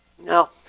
Now